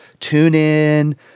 TuneIn